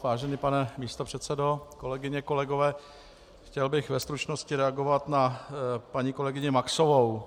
Vážený pane místopředsedo, kolegyně, kolegové, chtěl bych ve stručnosti reagovat na paní kolegyni Maxovou.